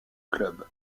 club